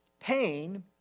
Pain